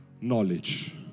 knowledge